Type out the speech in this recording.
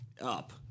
up